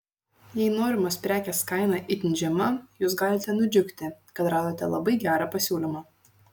jei norimos prekės kaina itin žema jūs galite nudžiugti kad radote labai gerą pasiūlymą